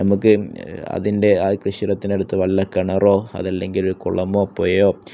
നമുക്ക് അതിൻ്റെ ആ കൃഷി ഇടത്തിന് അടുത്ത് വല്ല കിണറോ അത് അല്ലെങ്കിൽ ഒരു കുളമോ പുഴയോ